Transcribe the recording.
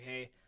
Hey